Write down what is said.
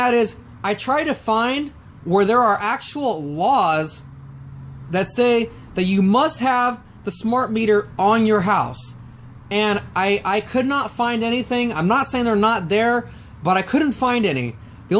that is i try to find where there are actual laws that say hey you must have the smart meter on your house and i could not find anything i'm not saying they're not there but i couldn't find any